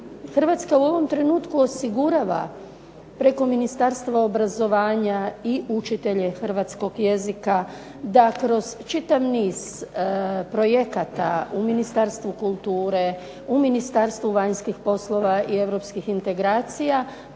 Hrvatska u ovom trenutku osigurava preko Ministarstva obrazovanja i učitelje hrvatskog jezika, da kroz čitav niz projekata u Ministarstvu kulture, u Ministarstvu vanjskih poslova i europskih integracija